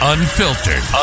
Unfiltered